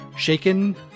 Shaken